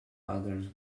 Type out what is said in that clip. otherwise